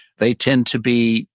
they tend to be,